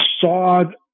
sawed